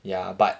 ya but